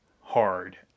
hard